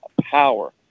power